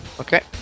okay